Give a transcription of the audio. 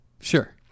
Sure